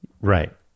Right